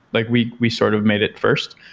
like we we sort of made it first,